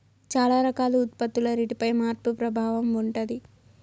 చాలా రకాల ఉత్పత్తుల రేటుపై మార్పు ప్రభావం ఉంటది